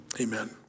amen